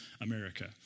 America